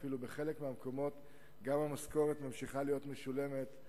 בחלק מהמקומות גם המשכורת ממשיכה להיות משולמת,